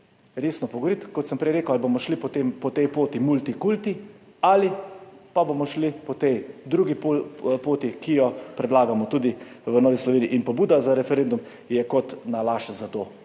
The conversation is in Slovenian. resno pogovoriti. Kot sem prej rekel, ali bomo šli potem po tej poti multikulti ali pa bomo šli po tej drugi poti, ki jo predlagamo tudi v Novi Sloveniji. Pobuda za referendum je kot nalašč za to,